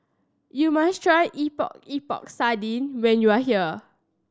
you must try Epok Epok Sardin when you are here